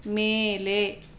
ಮೇಲೆ